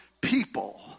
people